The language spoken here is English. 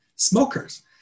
smokers